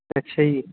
ਅੱਛਾ ਜੀ